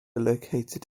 located